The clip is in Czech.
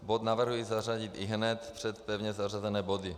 Bod navrhuji zařadit ihned před pevně zařazené body.